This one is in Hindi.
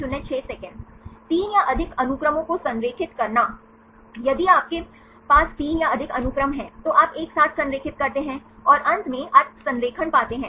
3 या अधिक अनुक्रमों को संरेखित करना यदि आपके पास 3 या अधिक अनुक्रम हैं तो आप एक साथ संरेखित करते हैं और अंत में आप संरेखण पाते हैं